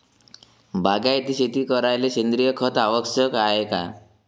बागायती शेती करायले सेंद्रिय खत आवश्यक हाये का?